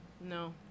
No